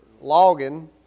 logging